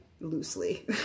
loosely